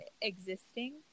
existing